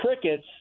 crickets